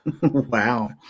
Wow